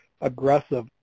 aggressive